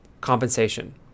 compensation